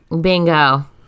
bingo